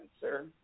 sir